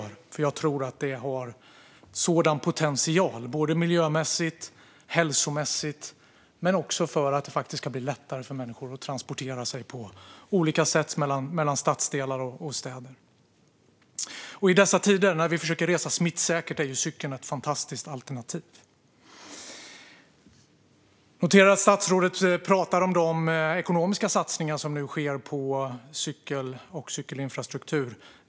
Jag tror att den har en sådan potential både miljömässigt och hälsomässigt men också för att det faktiskt ska bli lättare för människor att transportera sig på olika sätt mellan stadsdelar och mellan städer. I dessa tider när vi försöker resa smittsäkert är cykeln ett fantastiskt alternativ. Jag noterar att statsrådet pratar om de ekonomiska satsningar som nu sker på cykling och cykelinfrastruktur.